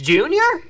Junior